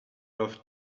love